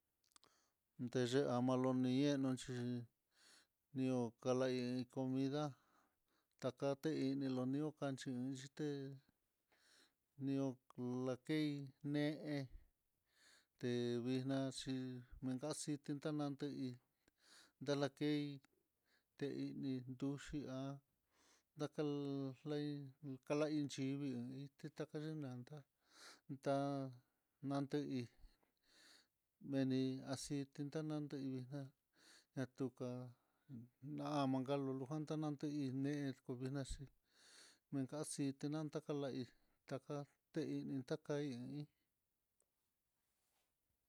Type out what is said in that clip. Ndeye amaloni xhi nió kala iko comida, takate ini lonió kanxhi iinyité, nió lakei ne vixnachí menkaxi tenta nakei ndala key tini yuxhi há ndaka lei kalaiyivii, tenani yanda'a tá nandehí meni aceiti tanandehí, ñatuka há manta lulu manda na hí ne'e, kuvinaxhi menka aciti nanta kalahí taka teini takai hí i.